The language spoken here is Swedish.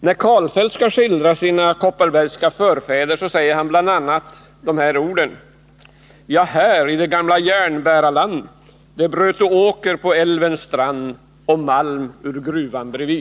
När Karlfeldt skall skildra sina kopparbergska förfäder gör han det bl.a. med orden: Ja, här i det gamla järnbärarland de bröto åker på älvens strand och malm ur gruvan bredvid.